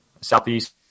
Southeast